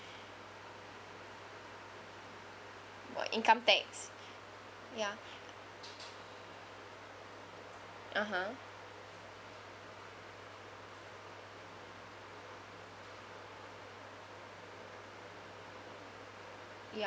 about income tax ya (uh huh) ya